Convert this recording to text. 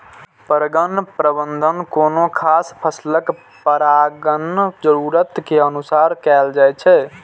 परगण प्रबंधन कोनो खास फसलक परागण जरूरत के अनुसार कैल जाइ छै